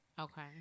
Okay